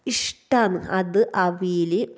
ഇഷ്ടമാണ് അത് അവിയില്